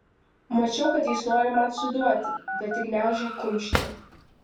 mačiau kad jis nori man suduoti bet tik gniaužė kumštį